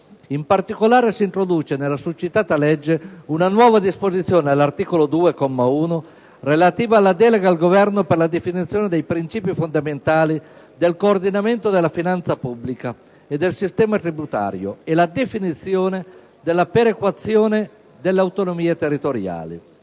In particolare, si introduce nella succitata legge una nuova disposizione, all'articolo 2, comma 1, relativa alla delega al Governo per la definizione dei principi fondamentali del coordinamento della finanza pubblica e del sistema tributario e la definizione della perequazione delle autonomie territoriali.